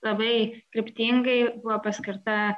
labai kryptingai buvo paskirta